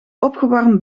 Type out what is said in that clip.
opgewarmd